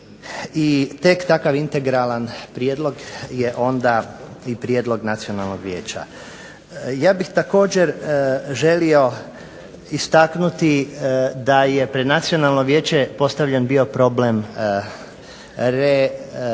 tek takav integralan prijedlog je onda i prijedlog Nacionalnog vijeća. Ja bih također želio istaknuti da je pred Nacionalno vijeće postavljen bio problem definiranja